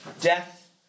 Death